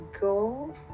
go